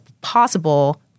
possible